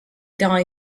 die